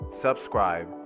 subscribe